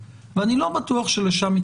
זה גורם לדברים שהיינו יכולים